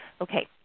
okay